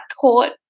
court